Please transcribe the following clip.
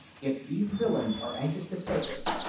if these villains are anxious to take us,